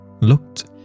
looked